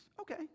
okay